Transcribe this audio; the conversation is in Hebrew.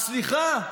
אז, סליחה,